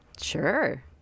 Sure